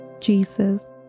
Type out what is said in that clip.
Jesus